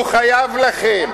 הוא חייב לכם.